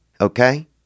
okay